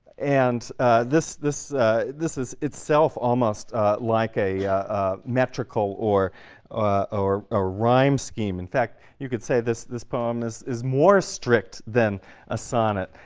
and this this this is itself almost like a metrical or or ah rhyme scheme. in fact, you could say this this poem is more strict than a sonnet,